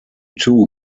two